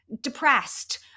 depressed